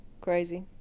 crazy